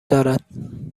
دارد